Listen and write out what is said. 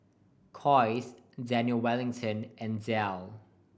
Kose Daniel Wellington and Dell